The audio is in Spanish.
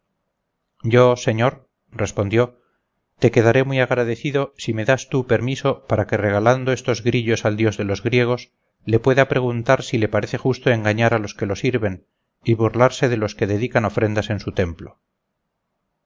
yo señor respondió te quedaré muy agradecido si me das tú permiso para que regalando estos grillos al dios de los griegos le pueda preguntar si le parece justo engañar a los que lo sirven y burlarse de los que dedican ofrendas en su templo